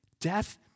Death